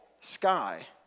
sky